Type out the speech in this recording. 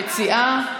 המציעה,